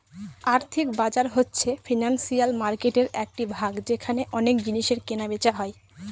আর্থিক বাজার হচ্ছে ফিনান্সিয়াল মার্কেটের একটি ভাগ যেখানে অনেক জিনিসের কেনা বেচা হয়